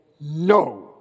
no